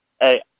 Hey